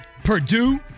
Purdue